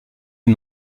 est